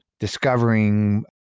discovering